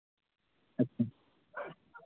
ᱟᱪᱪᱷᱟ